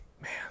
Man